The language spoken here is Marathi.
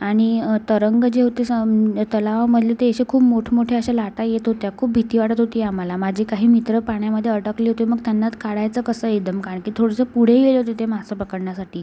आणि तरंग जे होते तलावामधले ते असे खूप मोठमोठ्या अशा लाटा येत होत्या खूप भिती वाटत होती आम्हाला माझे काही मित्र पाण्यामध्ये अडकले होते मग त्यांना काढायचं कसं एकदम कारण की थोडंसं पुढे गेले होते ते मासे पकडण्यासाठी